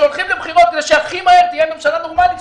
או שהולכים לבחירות כדי שהכי מהר תהיה ממשלה נורמלית,